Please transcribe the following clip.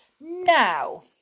now